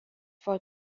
for